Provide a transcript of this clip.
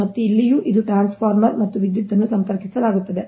ಮತ್ತು ಇಲ್ಲಿಯೂ ಇದು ಟ್ರಾನ್ಸ್ಫಾರ್ಮರ್ ಮತ್ತು ವಿದ್ಯುತ್ ಅನ್ನು ಸಂಪರ್ಕಿಸಲಾಗುತ್ತದೆ